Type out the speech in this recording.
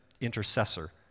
intercessor